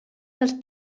dels